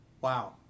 wow